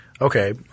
Okay